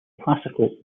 classical